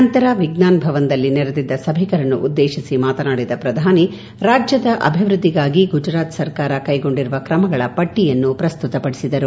ನಂತರ ವಿಜ್ಞಾನ್ ಭವನದಲ್ಲಿ ನೆರೆದಿದ್ದ ಸಭಿಕರನ್ನು ಉದ್ದೇಶಿಸಿ ಮಾತನಾಡಿದ ಪ್ರಧಾನಿ ರಾಜ್ದದ ಅಭಿವೃದ್ದಿಗಾಗಿ ಗುಜರಾತ್ ಸರ್ಕಾರ ಕೈಗೊಂಡಿರುವ ಕ್ರಮಗಳ ಪಟ್ಟಿಯನ್ನು ಪ್ರಸ್ತುತಪಡಿಸಿದರು